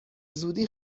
زودی